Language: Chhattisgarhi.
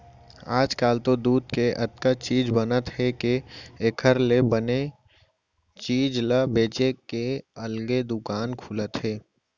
आजकाल तो दूद के अतका चीज बनत हे के एकर ले बने चीज ल बेचे के अलगे दुकान खुलत हे